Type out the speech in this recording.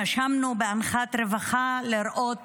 נשמנו באנחת רווחה לראות